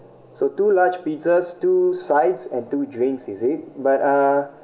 so two large pizzas two sides and two drinks is it but uh